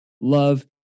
love